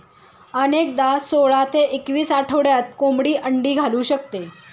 अनेकदा सोळा ते एकवीस आठवड्यात कोंबडी अंडी घालू शकते